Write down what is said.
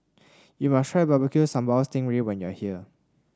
you must try Barbecue Sambal Sting Ray when you are here